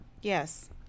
Yes